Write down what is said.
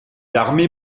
armées